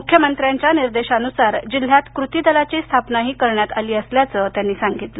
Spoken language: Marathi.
मुख्यमंत्र्यांच्या निर्देशानुसार जिल्ह्यात कृती दलाची स्थापना करण्यात आली असल्याचंही त्यांनी सांगितलं